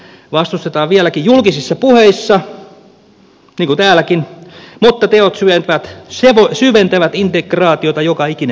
liittovaltiota vastustetaan vieläkin julkisissa puheissa niin kuin täälläkin mutta teot syventävät integraatiota joka ikinen päivä